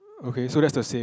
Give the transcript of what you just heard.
okay that's the same